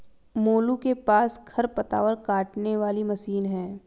मोलू के पास खरपतवार काटने वाली मशीन है